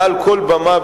מעל כל במה,